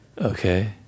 Okay